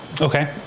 Okay